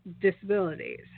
disabilities